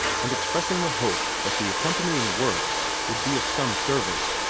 and expressing the hope that the accompanying works would be of some service.